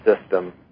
system